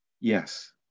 Yes